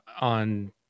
on